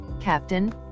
captain